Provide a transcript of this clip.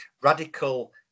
radical